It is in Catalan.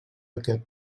aquest